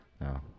No